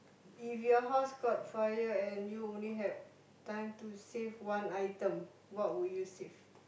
if your house got fire and you only have time to save one item what would you save